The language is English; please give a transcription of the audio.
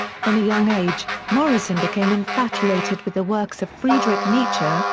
from a young age, morrison became infatuated with the works of friedrich nietzsche,